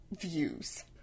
views